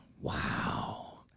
Wow